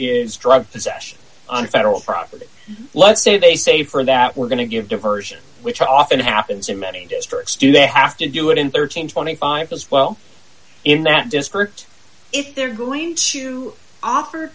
is drug possession on federal property let's say they say for that we're going to give diversion which often happens in many districts do they have to do it interchange twenty five dollars as well in that district if they're going to offer